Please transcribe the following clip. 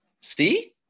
See